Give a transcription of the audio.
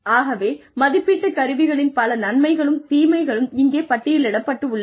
ஆகவே மதிப்பீட்டுக் கருவிகளின் பல நன்மைகளும் தீமைகளும் இங்கே பட்டியலிடப்பட்டுள்ளன